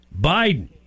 Biden